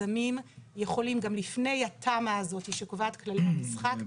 גם לפני התמ"א הזאת שקובעת את כללי המשחק,